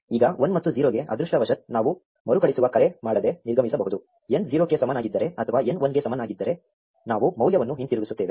ಈಗ 1 ಮತ್ತು 0 ಗೆ ಅದೃಷ್ಟವಶಾತ್ ನಾವು ಮರುಕಳಿಸುವ ಕರೆ ಮಾಡದೆ ನಿರ್ಗಮಿಸಬಹುದು n 0 ಕ್ಕೆ ಸಮನಾಗಿದ್ದರೆ ಅಥವಾ n 1 ಗೆ ಸಮವಾಗಿದ್ದರೆ ನಾವು ಮೌಲ್ಯವನ್ನು ಹಿಂತಿರುಗಿಸುತ್ತೇವೆ